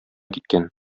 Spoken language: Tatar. киткән